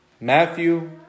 Matthew